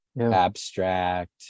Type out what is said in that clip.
abstract